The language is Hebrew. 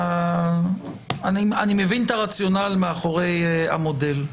אני מבין את הרציונל מאחורי המודל,